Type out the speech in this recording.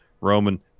Roman